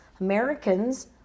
Americans